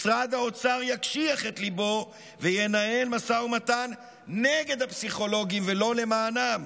משרד האוצר יקשיח את ליבו וינהל משא ומתן נגד הפסיכולוגים ולא למענם.